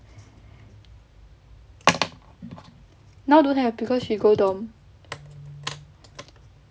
now don't have because she go dorm